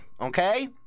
Okay